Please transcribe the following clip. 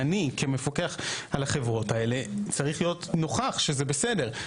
ואני כמפקח על החברות האלה צריך להיות נוכח שזה בסדר.